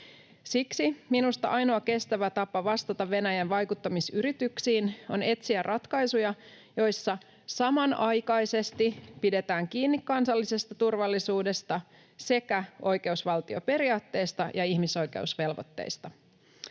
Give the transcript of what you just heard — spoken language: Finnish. Siksi minusta ainoa kestävä tapa vastata Venäjän vaikuttamisyrityksiin on etsiä ratkaisuja, joissa samanaikaisesti pidetään kiinni kansallisesta turvallisuudesta sekä oikeusvaltioperiaatteesta ja ihmisoikeusvelvoitteista.